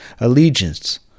Allegiance